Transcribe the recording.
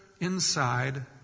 inside